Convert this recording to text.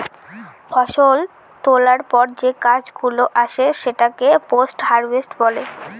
ফষল তোলার পর যে কাজ গুলো আসে সেটাকে পোস্ট হারভেস্ট বলে